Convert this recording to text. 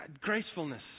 gracefulness